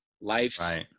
life's